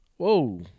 Whoa